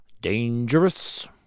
dangerous